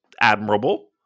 admirable